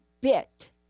bit